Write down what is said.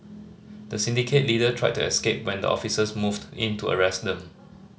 the syndicate leader tried to escape when the officers moved in to arrest them